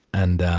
and